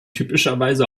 typischerweise